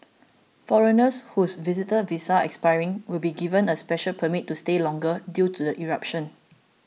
foreigners whose visitor visas are expiring will be given a special permit to stay longer due to the eruption